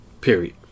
Period